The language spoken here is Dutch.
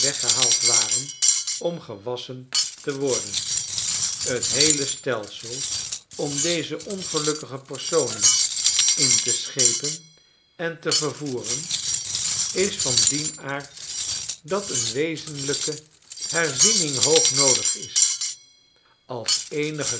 weggehaald waren om gewasschen te warden het heele stelsel om deze ongelukkige personen in te schepen en te vervoeren is van dien aard dat een wezenlijke herziening hoog noodig is als eenige